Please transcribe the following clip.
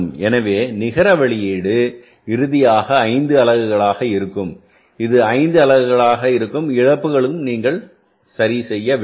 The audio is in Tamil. எனவே நிகர வெளியீடு இறுதியாக 5 அலகுகளாக இருக்கும் இது 5 அலகுகளாக இருக்கும் இழப்புகளுக்கும் நீங்கள் சரிசெய்ய வேண்டும்